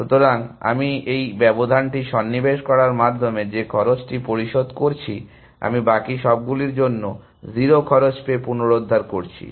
সুতরাং আমি এই ব্যবধানটি সন্নিবেশ করার মাধ্যমে যে খরচটি পরিশোধ করছি আমি বাকি সবগুলির জন্য 0 খরচ পেয়ে পুনরুদ্ধার করছি